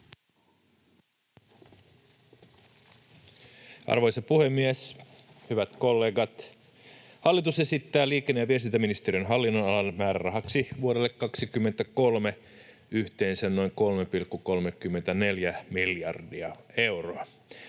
Arvoisa puhemies! Hyvät kollegat! Hallitus esittää liikenne- ja viestintäministeriön hallinnonalan määrärahaksi vuodelle 23 yhteensä noin 3,34 miljardia euroa.